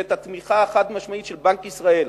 ואת התמיכה החד-משמעית של בנק ישראל,